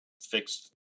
fixed